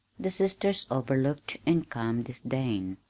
the sisters overlooked in calm disdain.